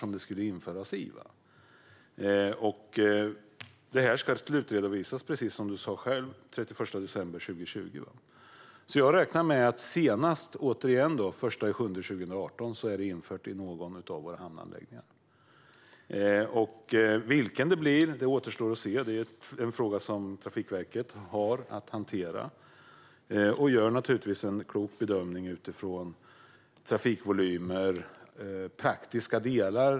Detta ska, precis som du själv sa, slutredovisas den 31 december 2020. Återigen: Jag räknar med att senast den 1 juli 2018 är detta infört i någon av våra hamnanläggningar. Vilken det blir återstår att se; det är en fråga som Trafikverket har att hantera. De gör naturligtvis en klok bedömning utifrån trafikvolymer och praktiska delar.